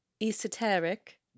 esoteric